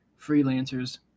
freelancers